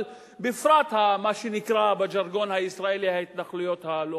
אבל בפרט מה שנקרא בז'רגון הישראלי "ההתנחלויות הלא-חוקיות".